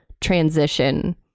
transition